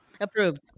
Approved